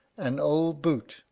an old boot,